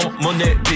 money